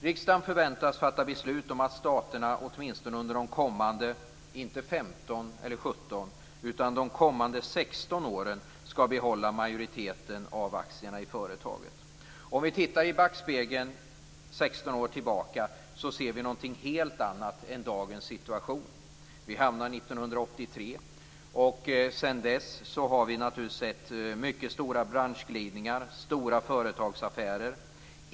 Riksdagen förväntas fatta beslut om att om staterna åtminstone under de kommande - inte 15 eller 17 åren - 16 åren skall behålla majoriteten av aktierna i företaget. Om vi tittar 16 år tillbaka i backspegeln ser vi något helt annat än dagens situation. Vi hamnar på 1983, och sedan dess har vi naturligtvis sett mycket stora branschglidningar och stora företagsaffärer.